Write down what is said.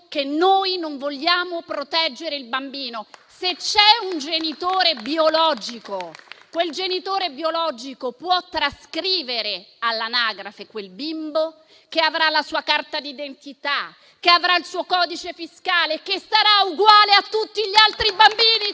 che non vogliamo proteggere il bambino. Se c'è un genitore biologico, quel genitore biologico può trascrivere all'anagrafe quel bimbo, che avrà la sua carta di identità, che avrà il suo codice fiscale, che sarà uguale a tutti gli altri bambini